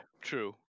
true